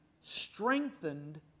strengthened